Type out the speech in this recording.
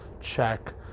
check